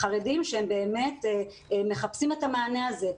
חרדים שבאמת מחפשים את המענה הזה,